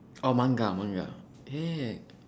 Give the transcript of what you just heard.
oh manga manga yeah